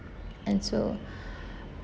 and so